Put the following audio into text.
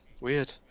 weird